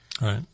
Right